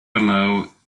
below